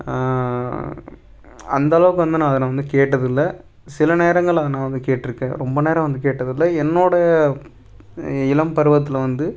அந்தளவுக்கு வந்து அதை நான் வந்து கேட்டதில்லை சில நேரங்களில் நான் வந்து கேட்டிருக்கேன் ரொம்ப நேரம் வந்து கேட்டதில்லை என்னோடய இளம் பருவத்தில் வந்து